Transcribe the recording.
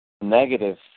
negative